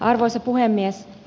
arvoisa puhemies